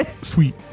Sweet